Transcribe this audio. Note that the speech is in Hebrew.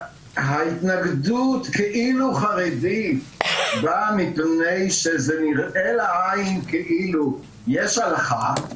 ההתנגדות ה"כאילו" חרדית באה מפני שזה נראה לעין כאילו יש הלכה,